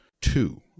two